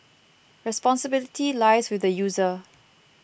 responsibility lies with the user